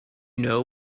know